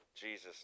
Jesus